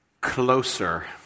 Closer